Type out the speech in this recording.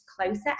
closer